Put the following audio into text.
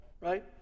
right